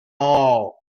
all